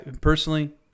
Personally